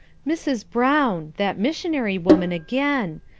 mrs. brown! that missionary woman again!